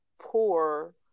poor